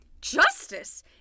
Justice